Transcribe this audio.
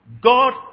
God